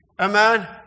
Amen